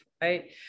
right